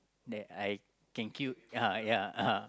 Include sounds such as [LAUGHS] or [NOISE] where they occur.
that I can kill ya ya [LAUGHS]